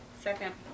Second